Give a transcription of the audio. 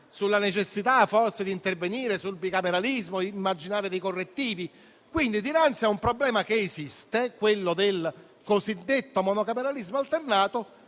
sulla necessità di intervenire sul bicameralismo, immaginando dei correttivi. Quindi, dinanzi a un problema che esiste - quello del cosiddetto monocameralismo alternato